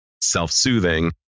self-soothing